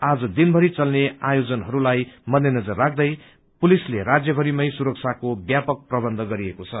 आज दिनमरि चल्ने आयोजनहरूलाई मध्यनजर राख्दै पुलिसले राज्यमरिमै सुरक्षाको व्यापक प्रबन्ध गरिएको छ